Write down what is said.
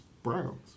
Browns